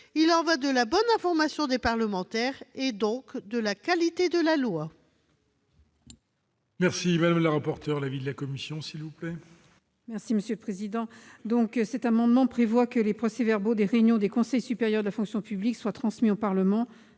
Il y va de la bonne information des parlementaires et donc de la qualité de la loi.